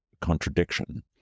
contradiction